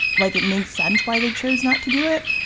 like it makes sense why they chose not to do it.